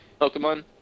Pokemon